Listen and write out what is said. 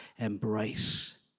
embrace